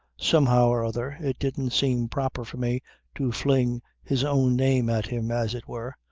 somehow or other it didn't seem proper for me to fling his own name at him as it were.